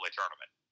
tournament